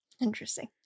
Interesting